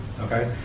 Okay